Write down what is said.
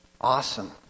awesome